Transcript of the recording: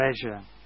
pleasure